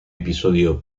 episodio